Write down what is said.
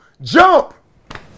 jump